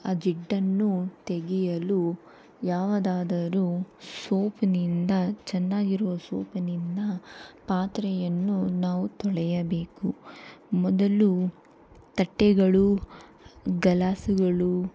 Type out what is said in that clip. ಆ ಜಿಡ್ಡನ್ನು ತೆಗೆಯಲು ಯಾವುದಾದರೂ ಸೋಪ್ನಿಂದ ಚೆನ್ನಾಗಿರುವ ಸೋಪ್ನಿಂದ ಪಾತ್ರೆಯನ್ನು ನಾವು ತೊಳೆಯಬೇಕು ಮೊದಲು ತಟ್ಟೆಗಳು ಗಲಾಸ್ಗಳು